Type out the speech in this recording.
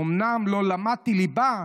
/ אומנם לא למדתי ליבה,